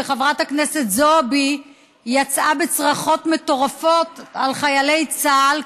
וחברת הכנסת זועבי יצאה בצרחות מטורפות על חיילי צה"ל,